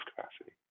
capacity